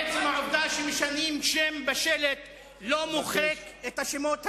עצם העובדה שמשנים שם בשלט לא מוחק את השמות האלה: